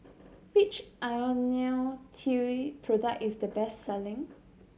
which Ionil T product is the best selling